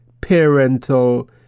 parental